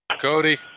Cody